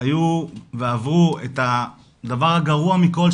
שהיו ועברו את הדבר הגרוע מכול,